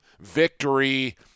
victory